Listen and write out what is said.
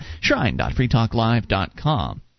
Shrine.freetalklive.com